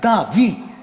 Da vi.